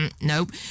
Nope